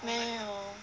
没有